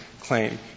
claim